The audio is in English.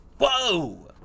Whoa